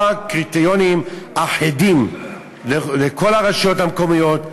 קריטריונים אחידים לכל הרשויות המקומיות.